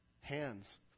Hands